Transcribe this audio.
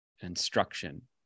instruction